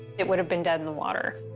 it would have been dead in the water.